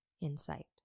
insight